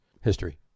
history